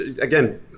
again